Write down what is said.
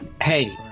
Hey